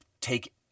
take